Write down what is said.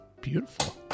beautiful